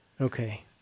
Okay